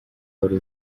wari